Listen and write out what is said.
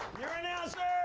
your announcer,